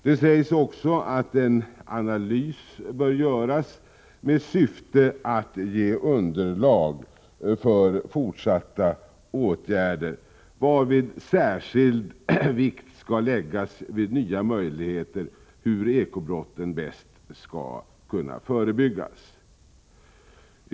Det sägs också att en analys bör göras med syfte att ge underlag för fortsatta åtgärder, varvid särskild vikt skall läggas vid att undersöka nya möjligheter att förebygga eko-brott.